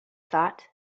thought